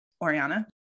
Oriana